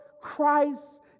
Christ